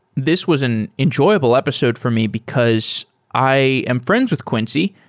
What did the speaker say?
this was an enjoyable episode for me, because i am friends with quincy.